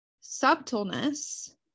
subtleness